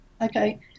Okay